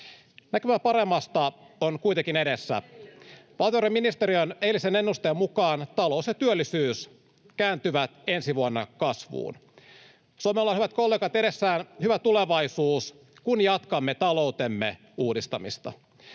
Näkymää paremmasta on kuitenkin edessä. Valtiovarainministeriön eilisen ennusteen mukaan talous ja työllisyys kääntyvät ensi vuonna kasvuun. Suomella on, hyvät kollegat, edessään hyvä tulevaisuus, kun jatkamme taloutemme uudistamista,